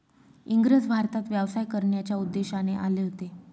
इंग्रज भारतात व्यवसाय करण्याच्या उद्देशाने आले होते